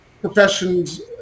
professions